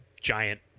giant